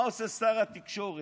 מה עושה שר התקשורת?